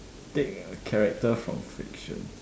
take a character from fiction